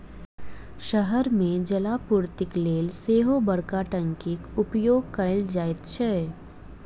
शहर मे जलापूर्तिक लेल सेहो बड़का टंकीक उपयोग कयल जाइत छै